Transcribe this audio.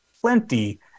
plenty